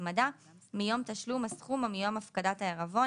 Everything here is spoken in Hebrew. והצמדה מיום תשלום הסכום או מיום הפקדת העירבון,